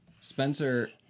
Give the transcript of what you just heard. Spencer